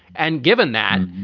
and given that.